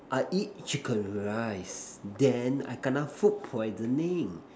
I eat chicken rice then I kena food poisoning